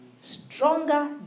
Stronger